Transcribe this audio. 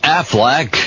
Affleck